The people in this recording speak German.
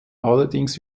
allerdings